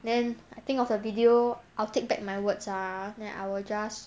then I think of the video I'll take back my words ah then I will just